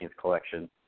collection